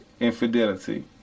infidelity